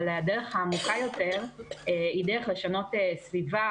אבל הדרך העמוקה יותר היא דרך לשנות סביבה